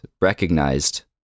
recognized